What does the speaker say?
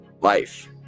life